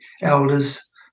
elders